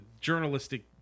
journalistic